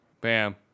Bam